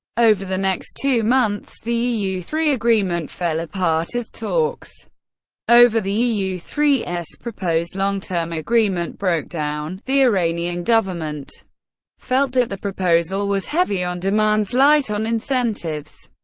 over the next two months, the eu three agreement fell apart as talks over the eu three s proposed long term agreement broke down the iranian government felt that the proposal was heavy on demands, light on incentives,